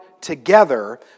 together